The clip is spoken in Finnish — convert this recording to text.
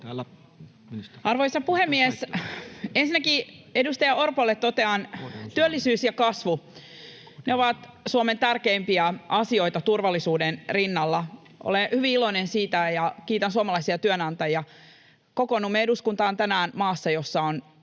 Arvoisa puhemies! Ensinnäkin edustaja Orpolle totean: Työllisyys ja kasvu ovat Suomen tärkeimpiä asioita turvallisuuden rinnalla. Olen hyvin iloinen siitä, ja kiitän suomalaisia työnantajia. Kokoonnumme eduskuntaan tänään maassa, jossa on